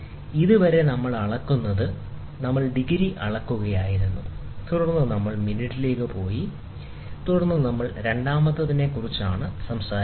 ഇതുവരെ നമ്മൾ അളക്കുന്നത് നമ്മൾ ഡിഗ്രി അളക്കുകയായിരുന്നു തുടർന്ന് നമ്മൾ മിനിറ്റിലേക്ക് പോയി തുടർന്ന് നമ്മൾ രണ്ടാമത്തേതിനെക്കുറിച്ചാണ് സംസാരിക്കുന്നത്